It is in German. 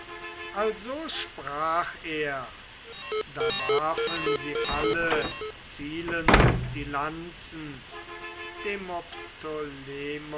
also sprach er da warfen sie alle zielend die lanzen demoptolemos